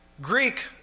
Greek